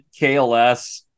KLS